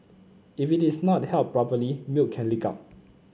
if it is not held properly milk can leak out